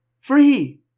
Free